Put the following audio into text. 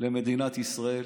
למדינת ישראל.